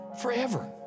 forever